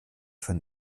von